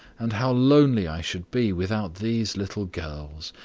and how lonely i should be without these little girls!